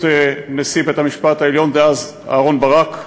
נשיא בית-המשפט העליון דאז אהרן ברק,